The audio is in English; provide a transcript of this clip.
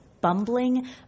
bumbling